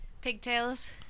pigtails